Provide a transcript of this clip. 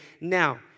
now